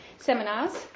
Seminars